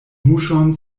muŝon